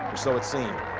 so let's see.